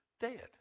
dead